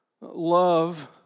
Love